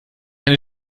eine